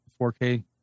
4k